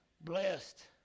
blessed